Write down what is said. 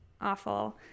awful